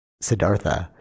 Siddhartha